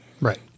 Right